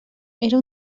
era